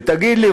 ותגיד לי,